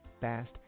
fast